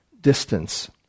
distance